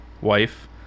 wife